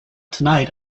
tonight